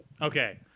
Okay